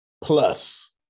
plus